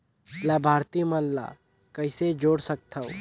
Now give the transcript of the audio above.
लाभार्थी मन ल कइसे जोड़ सकथव?